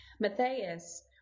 Matthias